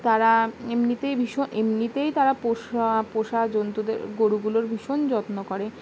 তারা এমনিতেই ভীষণ এমনিতেই তারা পোষা পোষা জন্তুদের গরুগুলোর ভীষণ যত্ন করে